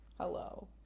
Hello